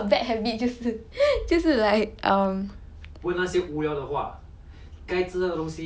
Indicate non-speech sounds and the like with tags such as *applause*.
*noise* 烦 okay 我我 okay 我有一个 bad habit 就是就是 *laughs* like um